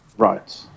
Right